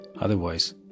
Otherwise